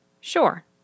Sure